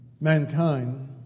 Mankind